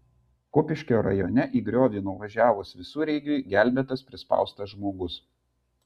kupiškio rajone į griovį nuvažiavus visureigiui gelbėtas prispaustas žmogus